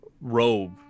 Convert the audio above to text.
robe